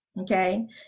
Okay